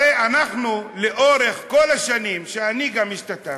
הרי אנחנו, לאורך כל השנים, גם כשאני השתתפתי,